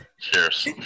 Cheers